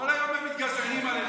כל היום הם מתגזענים עלינו.